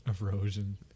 Erosion